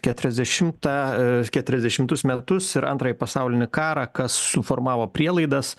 keturiasdešimtą keturiasdešimtus metus ir antrąjį pasaulinį karą kas suformavo prielaidas